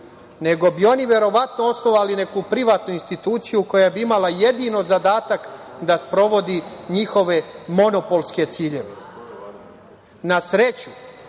nego bi oni verovatno osnovali neku privatnu instituciju koja bi imala jedino zadatak da sprovodi njihove monopolske ciljeve. Na sreću,